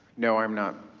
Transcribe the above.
no, i am not.